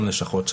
גם ללשכות,